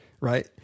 right